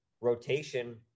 rotation